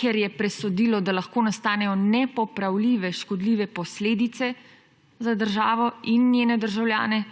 ker je presodilo, da lahko nastanejo nepopravljive škodljive posledice za državo in njene državljane.